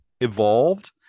evolved